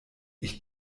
ich